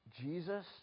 Jesus